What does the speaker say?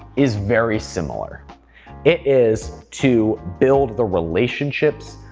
is very similar. it is to build the relationships,